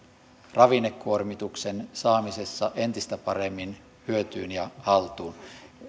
ravinnekuormituksen saamisessa entistä paremmin hyötyyn ja haltuun